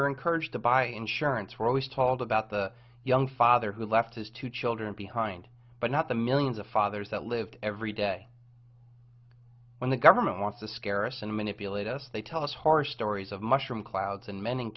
we're encouraged to buy insurance we're always told about the young father who left his two children behind but not the millions of fathers that lived every day when the government wants to scare us and manipulate us they tell us horror stories of mushroom clouds and men in